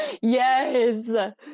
Yes